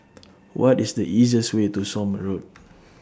What IS The easiest Way to Somme Road